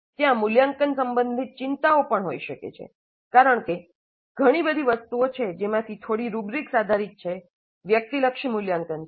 ત્યાં મૂલ્યાંકન સંબંધિત ચિંતાઓ પણ હોઈ શકે છે કારણ કે ઘણી બધી વસ્તુઓ છે જેમાથી થોડી રુબ્રીક્સ આધારિત છે વ્યક્તિલક્ષી મૂલ્યાંકન છે